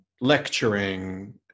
lecturing